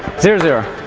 zero zero